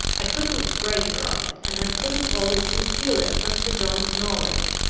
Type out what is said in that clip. i couldn't break her of it, and i couldn't always conceal it from sir john's knowledge.